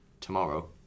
tomorrow